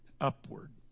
upward